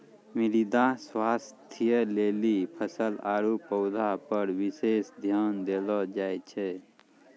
मृदा स्वास्थ्य लेली फसल आरु पौधा पर विशेष ध्यान देलो जाय छै